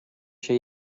się